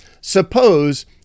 Suppose